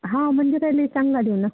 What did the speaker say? हां म्हणजे काय मी चांगला देईन ना